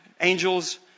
angels